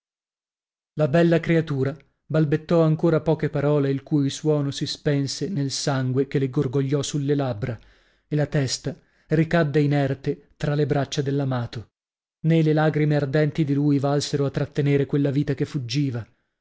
la bella creatura balbettò ancora poche parole il cui suono si spense nel sangue che le gorgogliò sulle labbra e la testa ricadde inerte tra le braccia dell'amato nè le lagrime ardenti di lui valsero a trattenere quella vita che fuggiva